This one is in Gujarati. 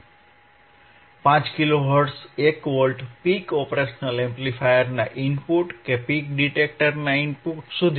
5 kilohertz 1 volt peak operational એમ્પ્લીફાયરના ઇનપુટ કે પીક ડિટેક્ટરના ઇનપુટ સુધી